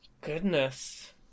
Goodness